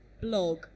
blog